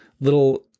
little